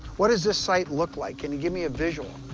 what does this site look like? can you give me a visual?